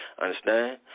Understand